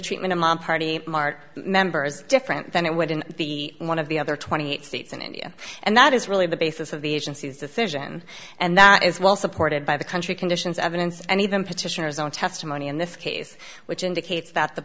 treatment of mom party mart members different than it would in the one of the other twenty eight states in india and that is really the basis of the agency's decision and that is well supported by the country conditions evidence and even petitioners own testimony in this case which indicates that the